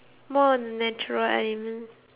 more on natural elements